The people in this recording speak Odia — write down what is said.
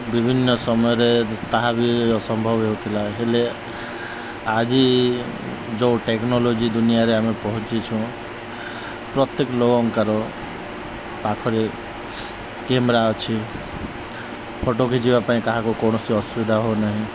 ବିଭିନ୍ନ ସମୟରେ ତାହା ବି ଅସମ୍ଭବ ହେଉଥିଲା ହେଲେ ଆଜି ଯେଉଁ ଟେକ୍ନୋଲୋଜି ଦୁନିଆରେ ଆମେ ପହଞ୍ଚିଛୁ ପ୍ରତ୍ୟେକ ଲୋକଙ୍କର ପାଖରେ କ୍ୟାମେରା ଅଛି ଫଟୋ ଖିଚିବା ପାଇଁ କାହାକୁ କୌଣସି ଅସୁବିଧା ହେଉନାହିଁ